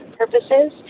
purposes